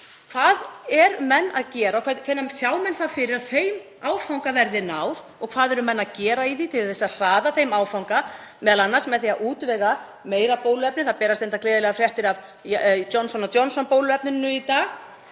Hvað eru menn að gera og hvernig sjá menn fyrir sér að þeim áfanga verði náð? Og hvað eru menn að gera til að hraða þeim áfanga, m.a. með því að útvega meira bóluefni? Það berast reyndar gleðilegar fréttir af Johnson & Johnson-bóluefninu í dag